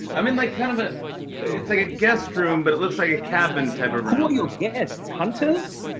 i mean like kind of a it's like a guest room, but it looks like a cabin type of room. who are your guests? hunters?